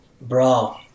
Bro